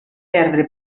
perdre